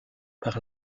par